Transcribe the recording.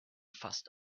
fast